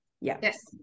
Yes